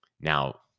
now